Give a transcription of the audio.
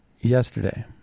yesterday